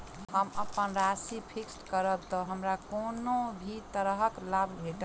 हम अप्पन राशि फिक्स्ड करब तऽ हमरा कोनो भी तरहक लाभ भेटत की?